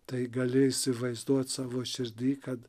tai gali įsivaizduoti savo širdy kad